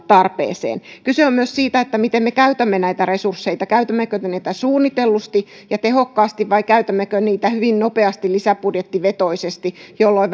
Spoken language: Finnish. tarpeeseen kyse on myös siitä miten me käytämme näitä resursseja käytämmekö me niitä suunnitellusti ja tehokkaasti vai käytämmekö me niitä hyvin nopeasti lisäbudjettivetoisesti jolloin